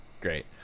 Great